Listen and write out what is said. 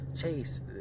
chase